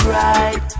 right